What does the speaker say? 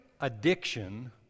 addiction